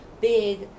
big